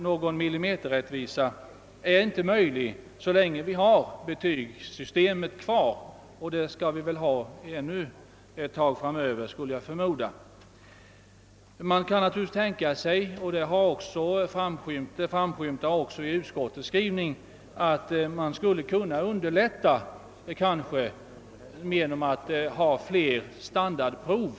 Någon millimeterrättvisa är därför inte möjlig så länge betygssystemet existerar, och jag förmodar att vi skall behålla det ännu någon tid framöver. Man kan naturligtvis tänka sig — vilket också framskymtar i utskottets skrivning — att betygsättningen skulle kunna underlättas genom flera standardprov.